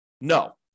No